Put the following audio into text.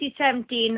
2017